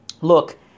Look